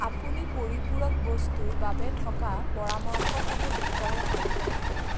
আপুনি পৰিপূৰক বস্তুৰ বাবে থকা পৰামৰ্শসমূহ দেখুৱাব পাৰিব নে